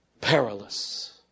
perilous